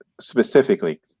specifically